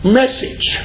message